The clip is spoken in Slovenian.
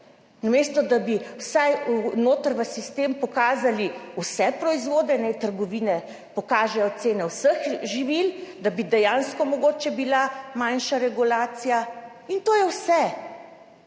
namesto da bi vsaj v sistemu pokazali vse proizvode, naj trgovine pokažejo cene vseh živil, da bi bila mogoče dejansko manjša regulacija, in to je vse.